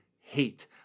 hate